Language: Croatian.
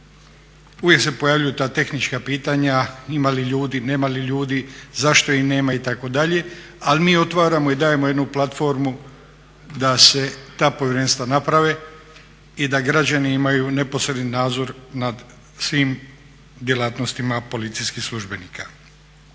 Uvijek se pojavljuju ta tehnička pitanje ima li ljudi, nema li ljudi, zašto ih nema itd. ali mi otvaramo i dajemo jednu platformu da se ta povjerenstva naprave i da građani imaju neposredni nadzor nad svim djelatnostima policijskih službenika.